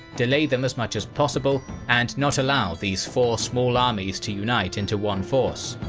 delay them as much as possible, and not allow these four small armies to unite into one force.